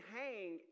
hang